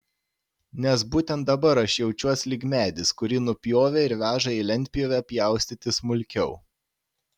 nes būtent dabar aš jaučiuos lyg medis kurį nupjovė ir veža į lentpjūvę pjaustyti smulkiau